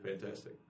Fantastic